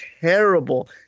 terrible